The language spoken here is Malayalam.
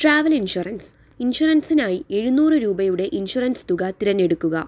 ട്രാവൽ ഇൻഷുറൻസ് ഇൻഷുറൻസിനായി എഴുന്നൂറ് രൂപയുടെ ഇൻഷുറൻസ് തുക തിരഞ്ഞെടുക്കുക